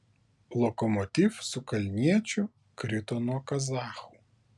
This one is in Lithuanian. lokomotiv su kalniečiu krito nuo kazachų